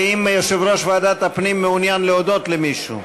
האם יושב-ראש ועדת הפנים מעוניין להודות למישהו?